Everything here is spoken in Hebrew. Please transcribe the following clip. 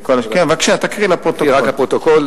בבקשה, תקריא לפרוטוקול.